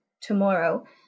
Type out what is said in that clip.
tomorrow